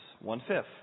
one-fifth